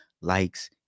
likes